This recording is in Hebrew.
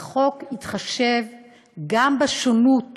החוק התחשב גם בשונות